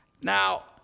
Now